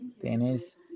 tienes